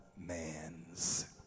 man's